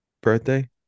birthday